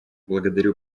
благодарю